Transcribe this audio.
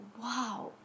wow